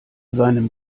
seinem